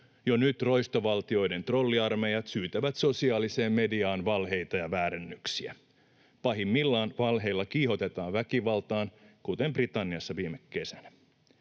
Jo nyt roistovaltioiden trolliarmeijat syytävät sosiaaliseen mediaan valheita ja väärennöksiä. Pahimmillaan valheilla kiihotetaan väkivaltaan, kuten Britanniassa viime kesänä.